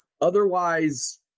Otherwise